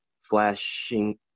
Flashing